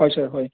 হয় ছাৰ হয়